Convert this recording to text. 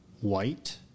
white